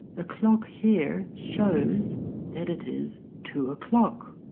the clock here shows that it is two o'clock.